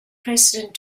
precedent